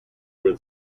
were